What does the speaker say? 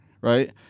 right